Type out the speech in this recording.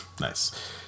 Nice